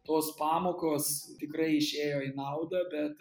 tos pamokos tikrai išėjo į naudą bet